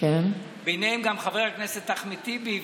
ביניהם גם חבר הכנסת אחמד טיבי,